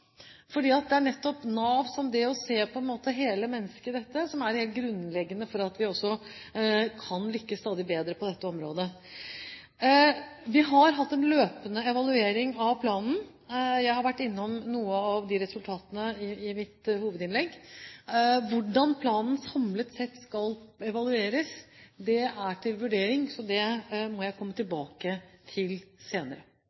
det nettopp er Nav som er de som på en måte ser hele mennesket, noe som er helt grunnleggende for at vi også kan lykkes stadig bedre på dette området. Vi har hatt en løpende evaluering av planen. Jeg har vært innom noen av de resultatene i mitt hovedinnlegg. Hvordan planen samlet sett skal evalueres, er til vurdering, så det må jeg komme tilbake til senere.